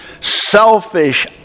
selfish